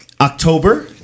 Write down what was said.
October